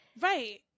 right